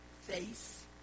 face